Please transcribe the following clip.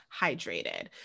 hydrated